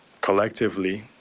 collectively